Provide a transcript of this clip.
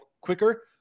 quicker